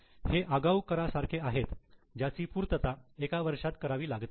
हे आगाऊ करा सारखे आहेत ज्याची पूर्तता एका वर्षात करावी लागते